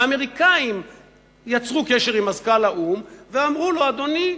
והאמריקנים יצרו קשר עם מזכ"ל האו"ם ואמרו לו: אדוני,